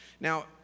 Now